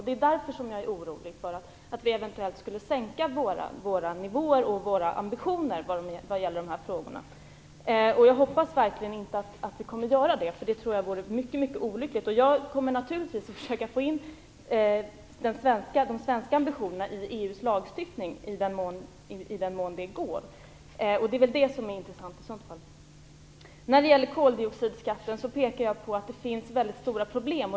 Det är därför som jag är orolig för att vi eventuellt skulle sänka våra nivåer och ambitioner vad gäller dessa frågor. Jag hoppas verkligen inte att vi kommer att göra det. Det vore mycket olyckligt. Jag kommer naturligtvis att försöka få in de svenska ambitionerna i EU:s lagstiftning, i den mån det går. Det är det som är intressant. När det gäller koldioxidskatten pekar jag på att det finns mycket stora problem.